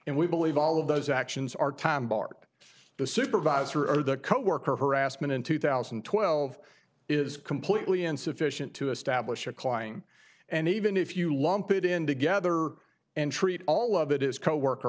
and we believe all of those actions are time barred the supervisor or the co worker harassment in two thousand and twelve is completely insufficient to establish or climbing and even if you lump it in together and treat all of it is coworker